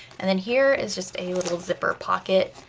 and then here is just a little zipper pocket.